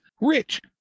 rich